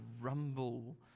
rumble